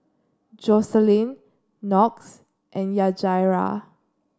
Joselin Knox and Yajaira